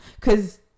cause